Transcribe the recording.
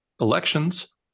elections